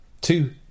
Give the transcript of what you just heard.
Two